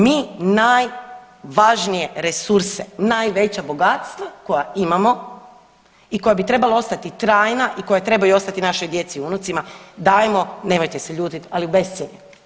Mi najvažnije resurse, najveća bogatstva koja imamo, i koja bi trebala ostati trajna i koja trebaju ostati našoj djeci, unucima dajemo, nemojte se ljutiti ali u bescjenje.